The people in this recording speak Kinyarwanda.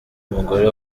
umugore